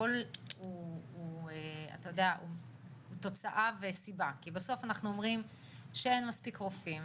הכל הוא תוצאה וסיבה כי בסוף אנחנו אומרים שאין מספיק רופאים,